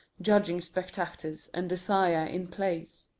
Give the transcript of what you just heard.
judging spectators and desire, in place,